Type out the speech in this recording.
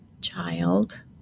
Child